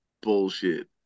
bullshit